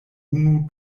unu